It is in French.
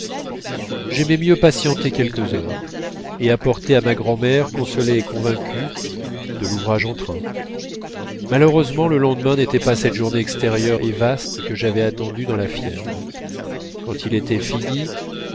j'aimais mieux patienter quelques heures et apporter à ma grand'mère consolée et convaincue de l'ouvrage en train malheureusement le lendemain n'était pas cette journée extérieure et vaste que j'avais attendue dans la fièvre quand il était fini